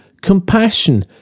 compassion